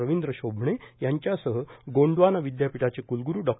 रविंद्र शोभणे यांच्यासह गोंडवाना विद्यापीठाचे कुलगुरू डॉ